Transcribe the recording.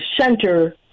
center